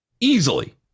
easily